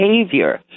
behavior